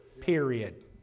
Period